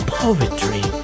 poetry